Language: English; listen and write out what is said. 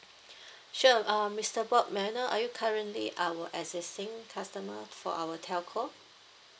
sure uh mister bob may I know are you currently our existing customer for our telco